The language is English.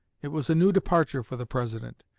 it was a new departure for the president,